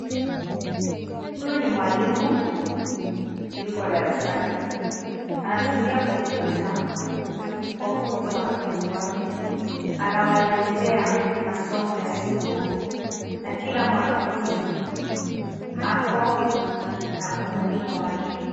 Huyu ni mwalimu. Yuko darasani . Anatumia kompyuta kuwafunza wanafunzi wake. Anawaelezea masomo ya siku na kila mwanafunzi ako na umuhimu wake.